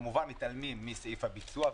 כמובן מתעלמים מסעיף הביצוע,